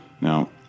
Now